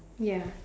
ya